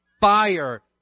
fire